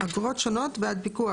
אגרות שונות בעד פיקוח.